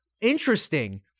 Interesting